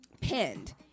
pinned